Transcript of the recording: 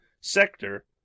sector